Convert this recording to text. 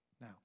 Now